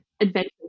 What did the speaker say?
adventure